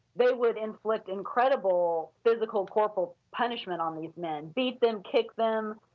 they would inflict incredible physical corporal punishment on these men, beat them, kick them,